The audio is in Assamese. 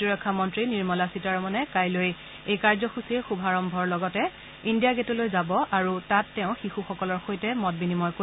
প্ৰতিৰক্ষা মন্ত্ৰী নিৰ্মলা সীতাৰমণে কাইলৈ এই কাৰ্যসূচীৰ শুভাৰন্তণীৰ উদ্দেশ্যে ইণ্ডিয়া গেটলৈ যাব আৰু তাত তেওঁ শিশুসকলৰ সৈতে মত বিনিময় কৰিব